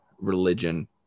religion